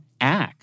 act